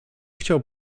chciał